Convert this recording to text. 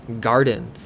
garden